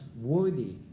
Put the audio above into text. worthy